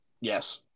Yes